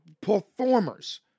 performers